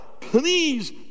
please